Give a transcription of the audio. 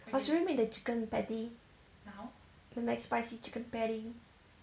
or should we make the chicken patty the mcspicy chicken patty